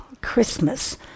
Christmas